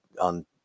on